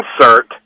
insert